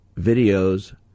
videos